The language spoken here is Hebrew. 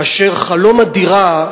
כאשר חלום הדירה,